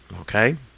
Okay